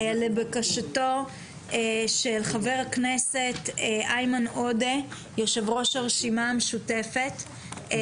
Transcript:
לבקשתו של חבר הכנסת איימן עודה יושב-ראש הרשימה המשותפת.